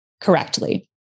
correctly